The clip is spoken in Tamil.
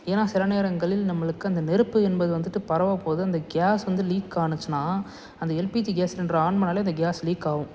ஏன்னால் சில நேரங்களில் நம்மளுக்கு அந்த நெருப்பு என்பது வந்துட்டு பரவப்போகுது அந்த கேஸ் வந்து லீக் ஆனுச்சுன்னா அந்த எல்பிஜி கேஸ் சிலிண்ட்ரை ஆன் பண்ணிணாலே அந்த கேஸ் லீக் ஆகும்